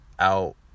out